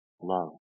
love